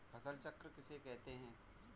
फसल चक्र किसे कहते हैं?